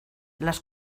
las